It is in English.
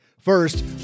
First